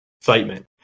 excitement